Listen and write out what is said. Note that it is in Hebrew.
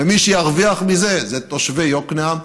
ומי שירוויחו מזה הם תושבי יקנעם,